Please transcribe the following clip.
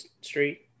Street